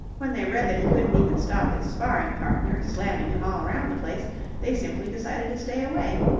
when they read that he couldn't even stop his sparring-partners slamming him all around the place they simply decided to stay away.